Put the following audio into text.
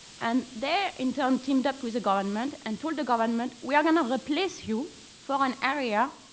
and they, in turn, teamed up with the government and told the government, we are going to replace you for an area.